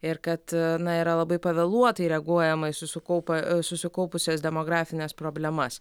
ir kad na yra labai pavėluotai reaguojama į susikaupę susikaupusias demografines problemas